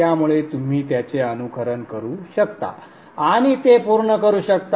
त्यामुळे तुम्ही त्याचे अनुकरण करू शकता आणि ते पूर्ण करू शकता